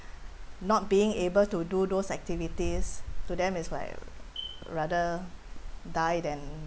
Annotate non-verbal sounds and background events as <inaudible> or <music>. <breath> not being able to do those activities to them is like rather die than